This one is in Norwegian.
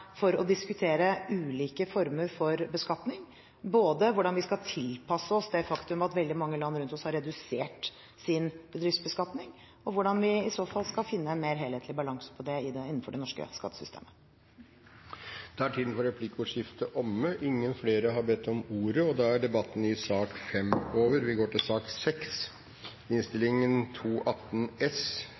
for å diskutere ulike former for beskatning, både hvordan vi skal tilpasse oss det faktum at veldig mange land rundt oss har redusert sin bedriftsbeskatning, og hvordan vi i så fall skal finne en mer helhetlig balanse på det innenfor det norske skattesystemet. Replikkordskiftet er omme. Flere har ikke bedt om ordet til sak nr. 5. I